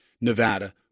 Nevada